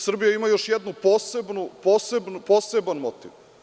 Srbija ima još jedan poseban motiv.